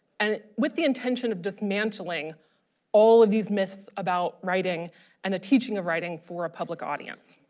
and and with the intention of dismantling all of these myths about writing and the teaching of writing for a public audience.